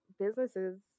businesses